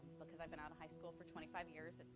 because i've been out of high school for twenty five years, and